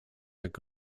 jak